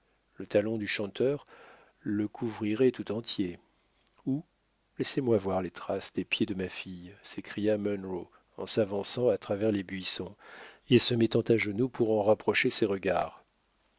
le talon du chanteur le couvrirait tout entier où laissez-moi voir les traces des pieds de ma fille s'écria munro en s'avançant à travers les buissons et se mettant à genoux pour en rapprocher ses regards